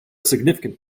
significant